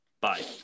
bye